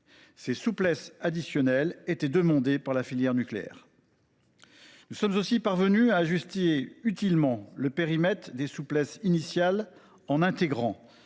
Ces souplesses additionnelles étaient demandées par la filière nucléaire. Nous sommes aussi parvenus à ajuster utilement le périmètre des souplesses administratives initiales